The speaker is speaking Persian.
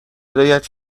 هدایت